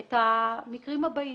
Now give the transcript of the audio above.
את המקרים הבאים.